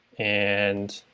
and